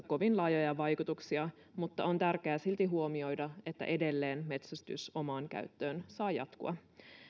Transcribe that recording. kovin laajoja vaikutuksia mutta on tärkeää silti huomioida että edelleen metsästys omaan käyttöön saa jatkua